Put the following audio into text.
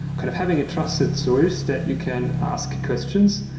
kind of having a trusted source that you can ask questions,